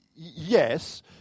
Yes